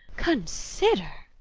consider!